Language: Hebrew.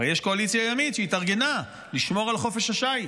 הרי יש קואליציה ימית שהתארגנה לשמור על חופש השיט.